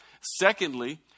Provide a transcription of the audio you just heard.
Secondly